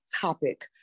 topic